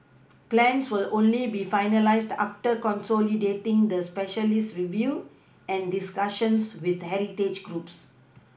plans will only be finalised after consolidating the specialist review and discussions with heritage groups